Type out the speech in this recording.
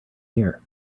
here